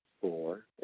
four